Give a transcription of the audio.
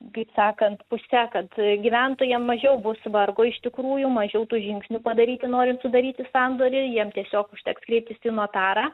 kaip sakant puse kad gyventojam mažiau bus vargo iš tikrųjų mažiau tų žingsnių padaryti norint sudaryti sandorį jiem tiesiog užteks kreiptis į notarą